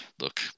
Look